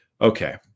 Okay